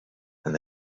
and